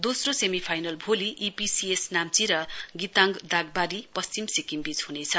दोस्रो सेमीफाइनल भोलि ईपीसीएस नाम्ची र गीतागं दाग्वारी पश्चिम सिक्किम वीच हुनेछ